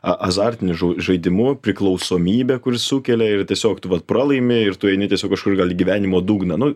a azartiniu žo žaidimu priklausomybę kur jis sukelia ir tiesiog tu vat pralaimi ir tu eini tiesiog kažkur gal į gyvenimo dugną nu